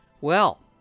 Well